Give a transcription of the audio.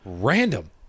random